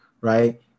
right